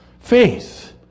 Faith